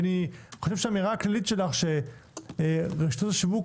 כי האמירה הכללית שלך שרשתות השיווק